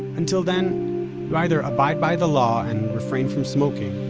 until then, you either abide by the law and refrain from smoking,